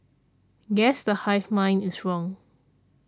guess the hive mind is wrong